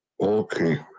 Okay